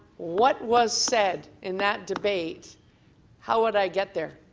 what was said in that debate how would i get there?